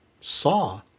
Saw